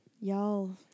y'all